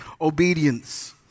obedience